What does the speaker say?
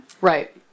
Right